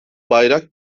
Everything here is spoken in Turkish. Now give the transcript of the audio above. bayrak